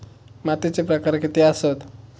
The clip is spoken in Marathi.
मातीचे प्रकार किती आसत?